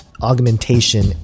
augmentation